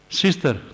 sister